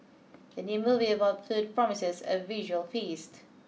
the new movie about food promises a visual feast